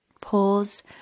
Pause